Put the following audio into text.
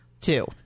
Two